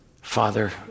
Father